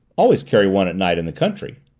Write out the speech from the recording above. always carry one at night in the country.